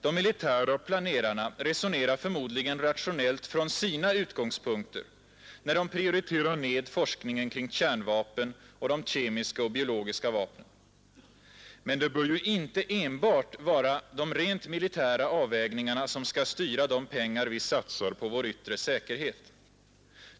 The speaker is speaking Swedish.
De militära planerarna resonerar förmodligen rationellt från sina utgångspunkter när de prioriterar ned forskningen kring kärnvapen och de kemiska och biologiska vapnen. Men det bör ju inte enbart vara de rent militära avvägningarna som skall styra de pengar vi satsar på vår yttre säkerhet.